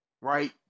right